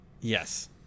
Yes